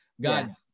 God